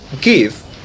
give